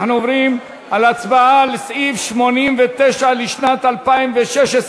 אנחנו עוברים להצבעה על סעיף 89, לשנת 2016,